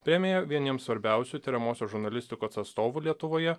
premija vieniems svarbiausių tiriamosios žurnalistikos atstovų lietuvoje